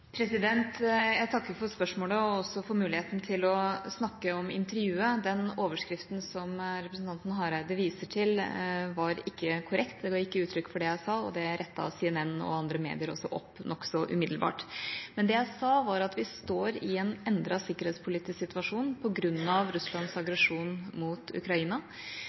Jeg takker for spørsmålet og også for muligheten til å snakke om intervjuet. Den overskriften som representanten Hareide viser til, var ikke korrekt, den ga ikke uttrykk for det jeg sa, og det rettet CNN og andre medier også opp nokså umiddelbart. Men det jeg sa, var at vi står i en endret sikkerhetspolitisk situasjon på grunn av Russlands aggresjon mot Ukraina.